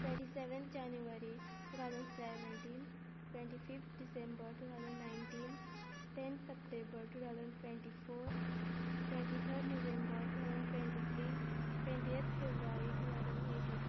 twenty seven January two thousand seventeen twenty fifth December two thousand nineteen tenth September two thousand twenty four twenty third November two thousand twenty three twenty eight February two thousand eighteen